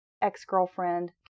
ex-girlfriend